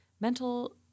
mental